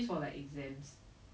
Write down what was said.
ya ya ya 是他们的 main